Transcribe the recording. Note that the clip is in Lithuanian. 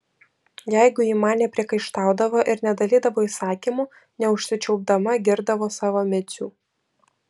jeigu ji man nepriekaištaudavo ir nedalydavo įsakymų neužsičiaupdama girdavo savo micių